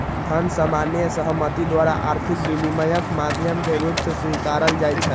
धन सामान्य सहमति द्वारा आर्थिक विनिमयक माध्यम के रूप मे स्वीकारल जाइ छै